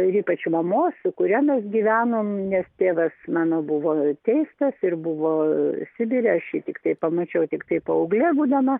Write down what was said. ir ypač mamos su kuria mes gyvenom nes tėvas mano buvo teistas ir buvo sibire aš jį tiktai pamačiau tiktai paauglė būdama